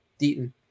Deaton